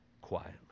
quietly